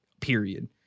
period